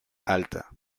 alta